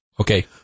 Okay